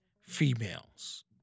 females